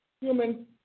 human